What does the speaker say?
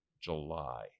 July